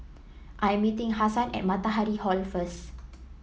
I am meeting Hasan at Matahari Hall first